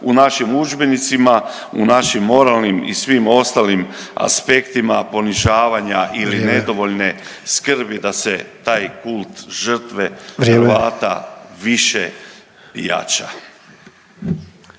u našim udžbenicima, u našim moralnim i svim ostalim aspektima ponižavanja …/Upadica Sanader: Vrijeme./… ili nedovoljne skrbi da se taj kult žrtve Hrvata više jača.